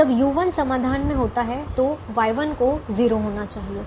जब u1 समाधान में होता है तो Y1 को 0 होना चाहिए